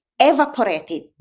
evaporated